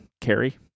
carry